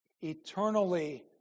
eternally